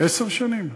עשר שנים?